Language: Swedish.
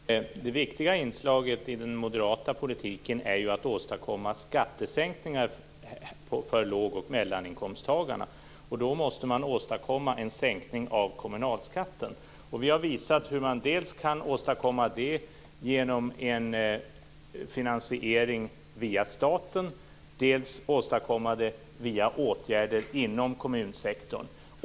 Herr talman! Det viktiga inslaget i den moderata politiken är att åstadkomma skattesänkningar för lågoch mellaninkomsttagarna. Då måste man åstadkomma en sänkning av kommunalskatten. Vi har visat hur man kan åstadkomma det dels genom en finansiering via staten, dels via åtgärder inom kommunsektorn.